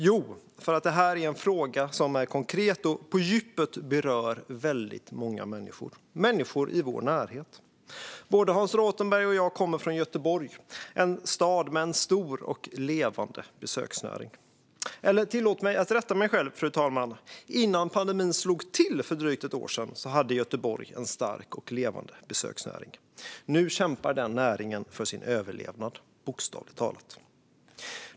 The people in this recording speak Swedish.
Jo, för att det här är en fråga som är konkret och på djupet berör väldigt många människor i vår närhet. Både Hans Rothenberg och jag kommer från Göteborg, som är en stad med en stor och levande besöksnäring. Eller tillåt mig att rätta mig själv, fru talman: Innan pandemin slog till för drygt ett år sedan hade Göteborg en stor och levande besöksnäring. Nu kämpar den näringen för sin överlevnad, bokstavligt talat.